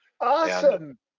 Awesome